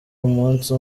umunsi